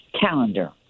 calendar